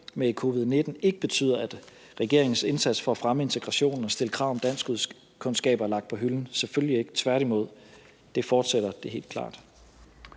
med covid-19 ikke betyder, at regeringens indsats for at fremme integrationen og stille krav om danskkundskaber er lagt på hylden, selvfølgelig ikke – tværtimod. Det fortsætter – det er helt klart.